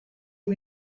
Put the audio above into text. you